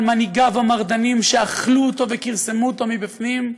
מנהיגיו המרדנים שאכלו אותו וכרסמו אותו מבפנים,